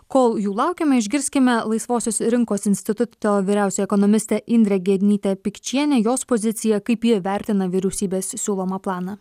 kol jų laukiame išgirskime laisvosios rinkos instituto vyriausioji ekonomistė indrė genytė pikčienė jos poziciją kaip ji vertina vyriausybės siūlomą planą